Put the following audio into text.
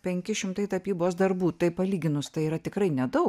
penki šimtai tapybos darbų tai palyginus tai yra tikrai nedaug